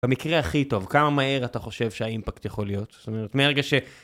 במקרה הכי טוב, כמה מהר אתה חושב שהאימפקט יכול להיות, זאת אומרת, מהרגע ש...